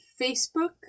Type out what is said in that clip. Facebook